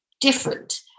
different